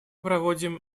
проводим